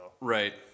Right